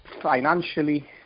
financially